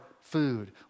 food